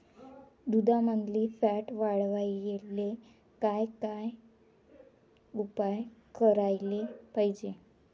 दुधामंदील फॅट वाढवायले काय काय उपाय करायले पाहिजे?